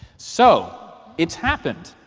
so it's happened.